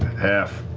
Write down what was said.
half.